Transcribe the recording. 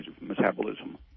metabolism